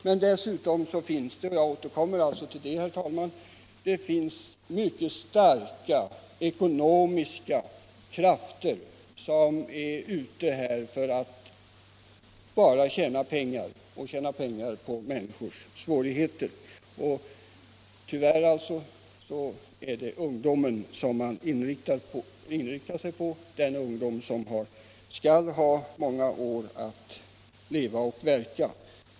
Men dessutom finns det — jag återkommer till det, herr talman — mycket starka ekonomiska krafter, som är ute för att tjäna pengar på människornas svårigheter. Tyvärr inriktar man sig på ungdomarna, som skulle ha många år kvar att leva och verka.